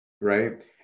Right